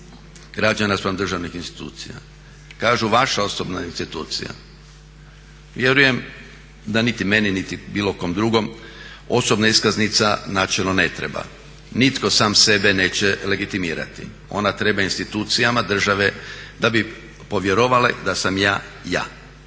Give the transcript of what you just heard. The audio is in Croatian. građana spram državnih institucija. Kažu vaša osobna institucija. Vjerujem da niti meni, niti bilo kom drugom osobna iskaznica načelno ne treba. Nitko sam sebe neće legitimirati. Ona treba institucijama države da bi povjerovale da sam ja ja.